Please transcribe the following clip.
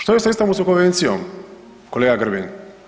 Što je sa Istambulskom konvencijom kolega Grbin?